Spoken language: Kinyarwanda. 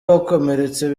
wakomeretse